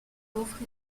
offrir